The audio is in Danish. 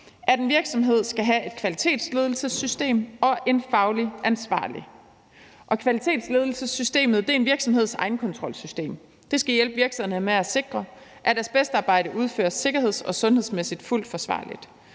at en virksomhed skal have et kvalitetsledelsessystem og en fagligt ansvarlig. Kvalitetsledelsessystemet er en virksomheds egenkontrolsystem. Det skal hjælpe virksomhederne med at sikre, at asbestarbejde udføres sikkerheds- og sundhedsmæssigt fuldt forsvarligt.